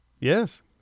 Yes